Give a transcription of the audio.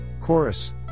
chorus